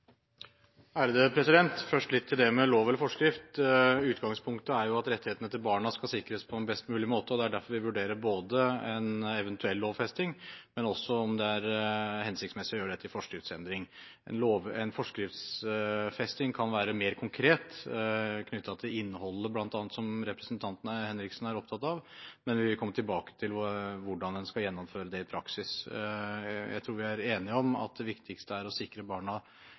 best mulig måte, og det er derfor vi vurderer både en eventuell lovfesting og også om det er hensiktsmessig å gjøre dette i forskriftsendring. En forskriftsfesting kan være mer konkret, bl.a. knyttet til innholdet, som representanten Kari Henriksen er opptatt av. Men vi vil komme tilbake til hvordan man skal gjennomføre det i praksis. Jeg tror vi er enige om at det viktigste er å sikre barna